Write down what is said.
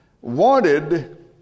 wanted